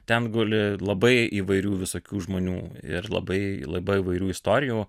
ten guli labai įvairių visokių žmonių ir labai labai įvairių istorijų